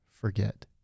forget